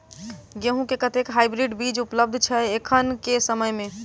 गेंहूँ केँ कतेक हाइब्रिड बीज उपलब्ध छै एखन केँ समय मे?